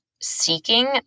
seeking